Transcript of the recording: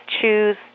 choose